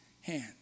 hand